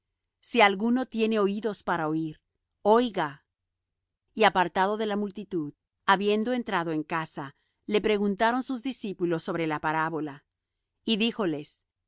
si alguno tiene oídos para oir oiga y apartado de la multitud habiendo entrado en casa le preguntaron sus discípulos sobra la parábola y